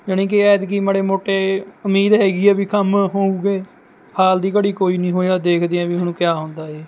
ਜਣੀ ਕੇ ਐਂਤਕੀ ਮਾੜੇ ਮੋਟੇ ਉਮੀਂਦ ਹੈਂਗੀ ਆ ਵੀ ਕੰਮ ਹੋਊਗੇ ਹਾਲ ਦੀ ਕੜੀ ਕੋਈ ਵੀ ਨੀ ਹੋਇਆ ਦੇਖਦੇ ਆ ਵੀ ਹੁਣ ਕਆ ਹੁੰਦਾ ਏ